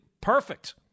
perfect